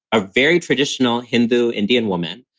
a very traditional hindu indian woman,